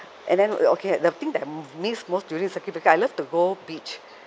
and then okay the thing that I missed most during the circuit breaker I love to go beach